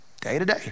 day-to-day